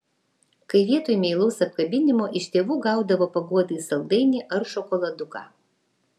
kai vietoj meilaus apkabinimo iš tėvų gaudavo paguodai saldainį ar šokoladuką